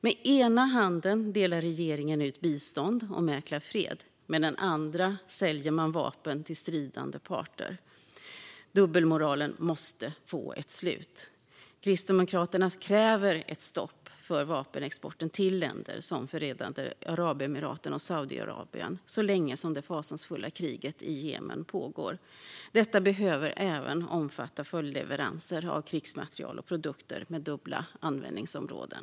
Med ena handen delar regeringen ut bistånd och mäklar fred. Med den andra säljer man vapen till de stridande parterna. Dubbelmoralen måste få ett slut. Kristdemokraterna kräver ett stopp för vapenexporten till länder som Förenade Arabemiraten och Saudiarabien så länge som det fasansfulla kriget i Jemen pågår. Detta behöver även omfatta följdleveranser av krigsmateriel och produkter med dubbla användningsområden.